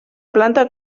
planta